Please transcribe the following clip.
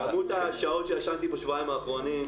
מה שאני אומר שזה רק בתיאוריה,